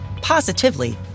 positively